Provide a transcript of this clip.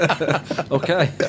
okay